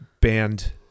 band